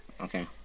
Okay